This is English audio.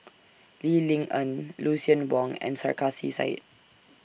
Lee Ling Yen Lucien Wang and Sarkasi Said